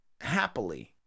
happily